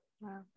wow